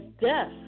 death